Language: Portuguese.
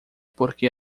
porque